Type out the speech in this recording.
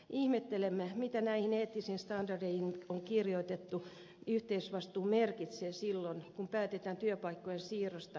ihmettelemme mitä näihin eettisiin standardeihin kirjoitettu yhteisvastuu merkitsee silloin kun päätetään työpaikkojen siirrosta halvemman työvoiman maihin